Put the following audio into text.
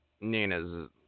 Nina's